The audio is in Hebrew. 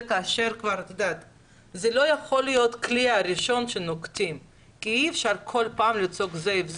זה לא יכול הצעד הראשון שנוקטים כי אי אפשר כל פעם לצעוק זאב זאב,